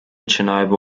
chernobyl